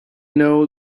know